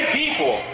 people